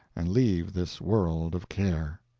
and leave this world of care.